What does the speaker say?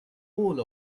whole